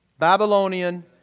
Babylonian